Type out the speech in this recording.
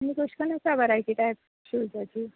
आनी तशें करून आसा वरायटी टायप शूजाची